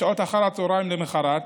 בשעות אחר הצוהריים למוחרת,